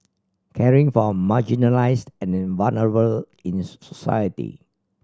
caring for marginalised and vulnerable in society